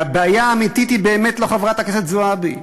והבעיה האמיתית היא באמת לא חברת הכנסת זועבי,